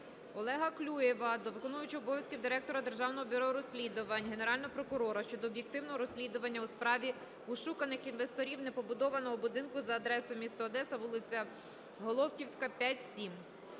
Олега Колєва до виконувача обов'язків Директора Державного бюро розслідувань, Генерального прокурора щодо об'єктивного розслідування у справі ошуканих інвесторів непобудованого будинку за адресою: місто Одеса, вулиця Головківська, 5-7.